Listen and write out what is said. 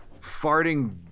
farting